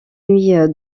nuit